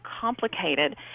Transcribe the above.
complicated